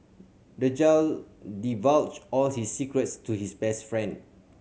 the child divulged all his secrets to his best friend